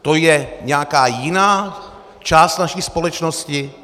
To je nějaká jiná část naší společnosti?